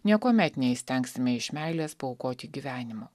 niekuomet neįstengsime iš meilės paaukoti gyvenimo